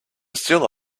steal